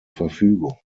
verfügung